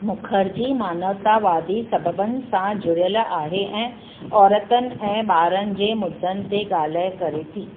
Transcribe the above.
मुखर्जी मानवतावादी सबबनि सां जुड़ियलु आहे ऐं औरतनि ऐं ॿारनि जे मुदनि ते ॻाल्हि करे थी